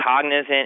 cognizant